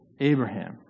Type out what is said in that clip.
Abraham